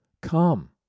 come